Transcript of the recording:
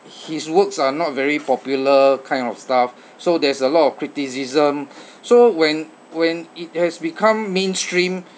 his works are not very popular kind of stuff so there's a lot of criticism so when when it has become mainstream